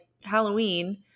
Halloween